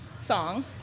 song